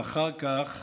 ואחר כך